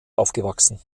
aufgewachsen